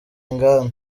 inganda